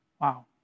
Wow